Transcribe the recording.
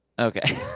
Okay